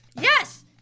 Yes